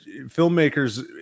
filmmakers